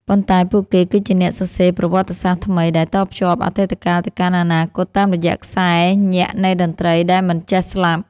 ប៉ុន្តែពួកគេគឺជាអ្នកសរសេរប្រវត្តិសាស្ត្រថ្មីដែលតភ្ជាប់អតីតកាលទៅកាន់អនាគតតាមរយៈខ្សែញាក់នៃតន្ត្រីដែលមិនចេះស្លាប់។